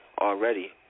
already